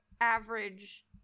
average